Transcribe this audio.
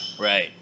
Right